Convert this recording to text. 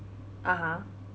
(uh huh)